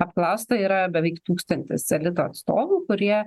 apklausta yra beveik tūkstantis elito atstovų kurie